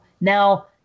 Now